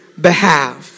behalf